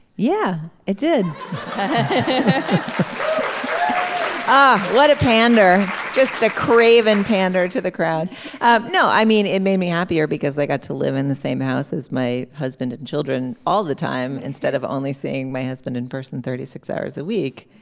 yeah it did ah what a pander just a craven pander to the crowd no i mean it made me happier because i got to live in the same house as my husband and children all the time instead of only seeing my husband in person thirty six hours a week.